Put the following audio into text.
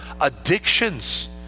addictions